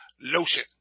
lotion